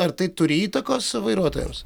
ar tai turi įtakos vairuotojams